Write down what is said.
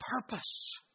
purpose